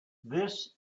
this